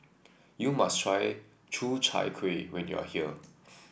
you must try Ku Chai Kuih when you are here